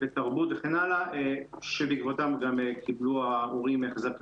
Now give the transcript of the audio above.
תרבות וכן הלאה שבעיקבותם ההורים קיבלו החזר כספי.